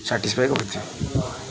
satisfy କରିଥାଉ